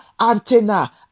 antenna